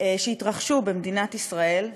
שהתרחשו במדינת ישראל,